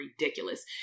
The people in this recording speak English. ridiculous